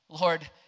Lord